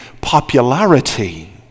popularity